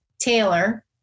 Taylor